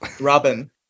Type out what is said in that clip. Robin